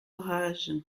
rage